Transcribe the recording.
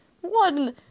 one